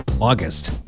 August